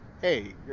hey